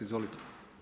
Izvolite.